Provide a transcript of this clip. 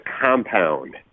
compound